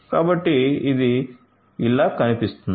కాబట్టి ఇది ఇలా కనిపిస్తుంది